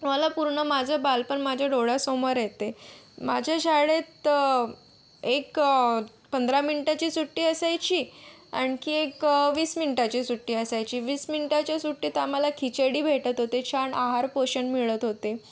मला पूर्ण माझं बालपण माझ्या डोळ्यासमोर येते माझ्या शाळेत एक पंधरा मिनटाची सुट्टी असायची आणखी एक वीस मिनटाची सुट्टी असायची वीस मिनिटाच्या सुट्टीत आम्हाला खिचडी भेटत होते छान आहार पोषण मिळत होते